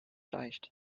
leicht